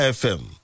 fm